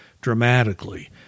dramatically